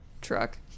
truck